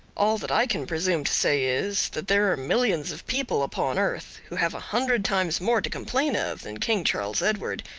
all that i can presume to say is, that there are millions of people upon earth who have a hundred times more to complain of than king charles edward,